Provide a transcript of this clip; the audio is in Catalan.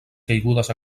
caigudes